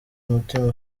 mutima